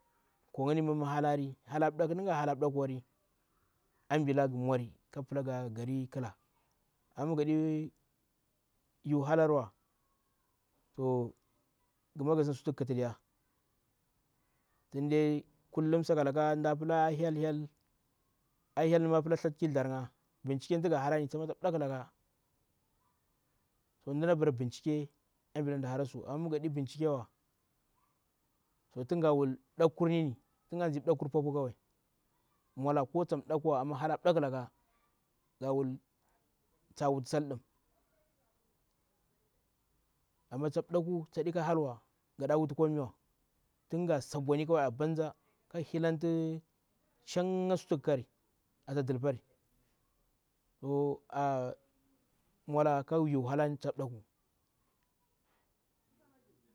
Kwangni mimm halari, hala mbdakni nga hala mbdakwu wari ambla ghumwari kaghu pla ga gari khila amma gaɗi yuihallar wa toh ghuna asida gutu ghu ki tu diya. Tinde sakalaka mda pla hyel hyel. A helni ma pla tsthatu ki thzdjar nga l bincike tu ga harani tsama ta mbdakhilaka mdana bara bincike amble, mda hara su amma migha ɗi bincike wa to tunga wul mdakurni to tun ga ndzi mbdaker poapuu kawau. Mwala ko tan mbdakuwa amma hala mbdakhilaka ga wul tsa wuti sal ɗum am tsa mbdakwu tsaɗi ka halwa gaɗawuti komiwa. Tinga sa bwani kau abanza kah hillanti shanga suti ghu kari ata dilbari mwala ka yuhalani ta mbdakwu.